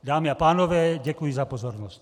Dámy a pánové, děkuji za pozornost.